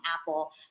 Apple